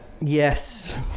Yes